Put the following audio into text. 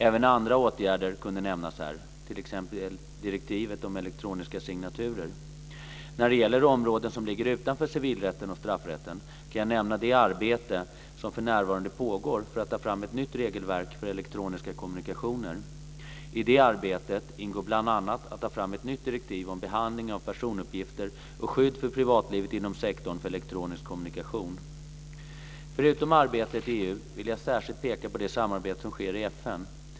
Även andra åtgärder kunde nämnas här, t.ex. direktivet om elektroniska signaturer. När det gäller områden som ligger utanför civilrätten och straffrätten kan jag nämna det arbete som för närvarande pågår för att ta fram ett nytt regelverk för elektroniska kommunikationer. I det arbetet ingår bl.a. att ta fram ett nytt direktiv om behandling av personuppgifter och skydd för privatlivet inom sektorn för elektronisk kommunikation. Förutom arbetet i EU vill jag särskilt peka på det samarbete som sker i FN.